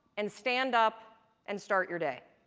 and stand up and start your day.